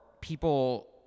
people